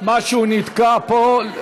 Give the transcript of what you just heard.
משהו נתקע פה.